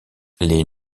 les